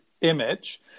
image